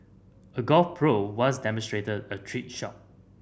a golf pro once demonstrated a trick shot